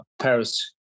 Paris